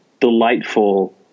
delightful